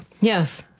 Yes